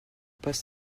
pas